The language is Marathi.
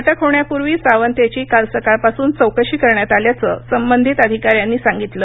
अटक होण्यापूर्वी सावंत याची काल सकाळपासून चौकशी करण्यात आल्याचं संबंधित अधिकाऱ्यांनी सांगितलं